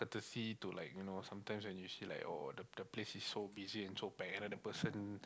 courtesy to like you know sometimes when you see like oh the the place is so busy and so packed and then another person